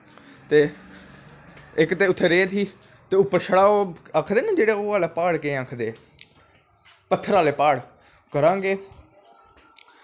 ते इक ते उत्थें रेत ही ते उप्पर छड़ा ओह् आह्ला प्हाड़ केह् आखदे पत्थर आह्ले प्हाड़ करां केह्